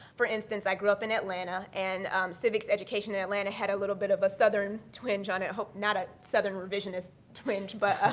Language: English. for instance, i grew up in atlanta, and civics education in atlanta had a little bit of a southern twinge on it, not a southern revisionist twinge, but